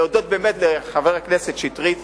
להודות לחבר הכנסת שטרית